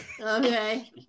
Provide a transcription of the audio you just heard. Okay